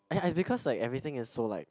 ya it's because like everything is so like